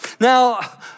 Now